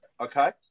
Okay